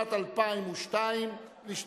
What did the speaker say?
לשנת 2010, מס'